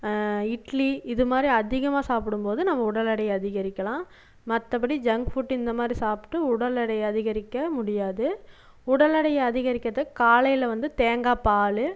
இட்லி இதுமாதிரி அதிகமாக சாப்பிடும்போது நம்ம உடல் எடையை அதிகரிக்கலாம் மற்றபடி ஜங் ஃபுட் இந்தமாரி சாப்பிட்டு உடல் எடையை அதிகரிக்க முடியாது உடல் எடையை அதிகரிக்கிறதுக்கு காலையில் வந்து தேங்காய் பால்